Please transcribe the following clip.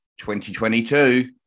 2022